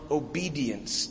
obedience